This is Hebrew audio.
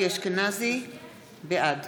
בעד